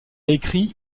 écrit